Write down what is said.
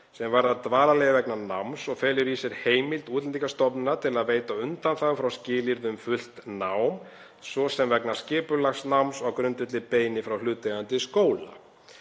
sem varðar dvalarleyfi vegna náms og felur í sér heimild Útlendingastofnunar til að veita undanþágu frá skilyrði um fullt nám, svo sem vegna skipulags náms, á grundvelli beiðni frá hlutaðeigandi skóla.